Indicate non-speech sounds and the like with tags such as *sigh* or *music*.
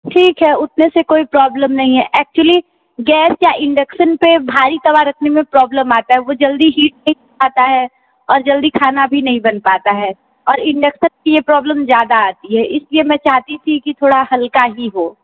ठीक है उतने से कोई प्रॉब्लम नहीं है एक्चुअली गैस का इंडक्शन पर भारी तवा रखने में प्रॉब्लम आता है वो जल्दी हीट *unintelligible* आता है और जल्दी खाना भी नहीं बन पाता है और इंडक्शन की ये प्रॉब्लम ज़्यादा आती है इस लिए मैं चाहती थी कि थोड़ा हल्का ही हो